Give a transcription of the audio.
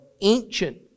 ancient